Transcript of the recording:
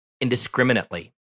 indiscriminately